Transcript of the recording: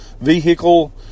vehicle